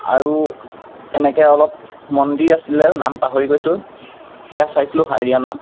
আৰু এনেকৈ অলপ মন্দিৰ আছিলে নাম পাহৰি গৈছোঁ সেয়া চাইছিলোঁ হাৰিয়ানাত